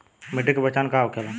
मिट्टी के पहचान का होखे ला?